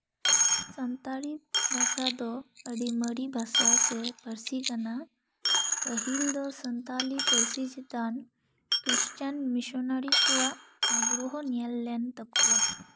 ᱥᱟᱱᱛᱟᱲᱤ ᱵᱷᱟᱥᱟ ᱫᱚ ᱟᱹᱰᱤ ᱢᱟᱨᱮ ᱵᱷᱟᱥᱟ ᱥᱮ ᱯᱟᱹᱨᱥᱤ ᱠᱟᱱᱟ ᱯᱟᱹᱦᱤᱞ ᱫᱚ ᱥᱟᱱᱛᱷᱟᱞᱤ ᱯᱟᱹᱨᱥᱤ ᱪᱮᱛᱟᱱ ᱠᱨᱤᱥᱪᱟᱱ ᱢᱤᱥᱚᱱᱟᱨᱤ ᱠᱚᱣᱟᱜ ᱟᱜᱽᱨᱚᱦᱚᱸ ᱧᱮᱞ ᱞᱮᱱ ᱛᱟᱠᱚᱣᱟ